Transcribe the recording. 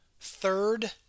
Third